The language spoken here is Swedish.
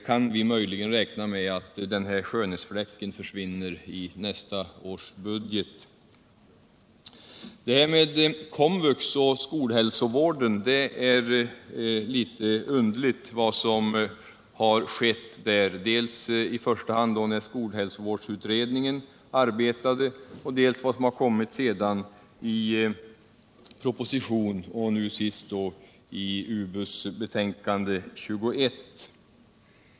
Kan vi därför möjligen räkna med att denna skönhetsfläck försvinner i nästa års budget?